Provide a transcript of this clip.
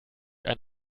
ein